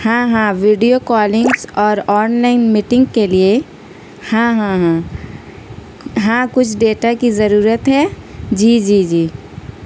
ہاں ہاں video callings اور آن لائن میٹنگ کے لیے ہاں ہاں ہاں ہاں کچھ ڈیٹا کی ضرورت ہے جی جی جی